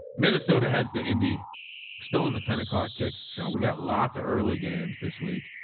minnesota heads, the indy we're still on the ten o'clock kicks. sean. we got lots of early games this week.